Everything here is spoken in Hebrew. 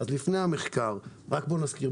לפני המחקר נזכיר,